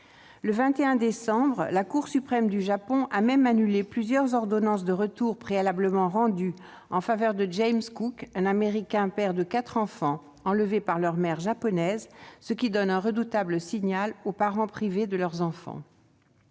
Le 21 décembre, la Cour suprême du Japon a même annulé plusieurs ordonnances de retour préalablement rendues en faveur de James Cook, un Américain, père de quatre enfants enlevés par leur mère japonaise, ce qui donne un redoutable signal aux parents privés de leurs enfants.